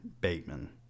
Bateman